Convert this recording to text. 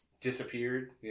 disappeared